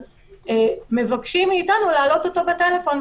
אז מבקשים מאתנו להעלות אותו בטלפון,